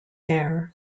air